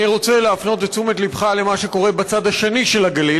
אני רוצה להפנות את תשומת לבך למה שקורה בצד השני של הגליל,